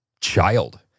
child